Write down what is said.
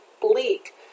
bleak